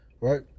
Right